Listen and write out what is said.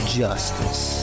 justice